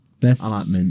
Best